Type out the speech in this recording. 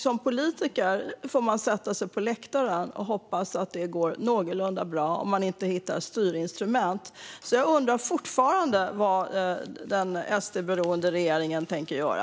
Som politiker får man då sätta sig på läktaren och hoppas att det går någorlunda bra, om man inte hittar styrinstrument. Jag undrar alltså fortfarande vad den SD-beroende regeringen tänker göra.